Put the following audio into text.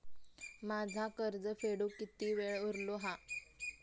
माझा कर्ज फेडुक किती वेळ उरलो हा?